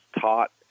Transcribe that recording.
taught